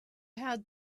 had